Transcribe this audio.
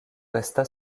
resta